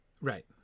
right